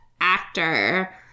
actor